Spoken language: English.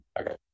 Okay